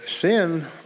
sin